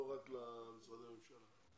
לא רק משרדי הממשלה.